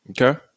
Okay